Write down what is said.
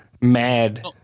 mad